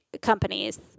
companies